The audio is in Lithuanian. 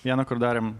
vieną kur darėm